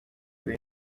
turi